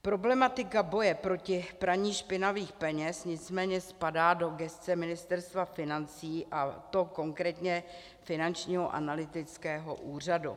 Problematika boje proti praní špinavých peněz nicméně spadá do gesce Ministerstva financí, a to konkrétně Finančního analytického úřadu.